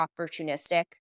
opportunistic